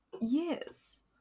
yes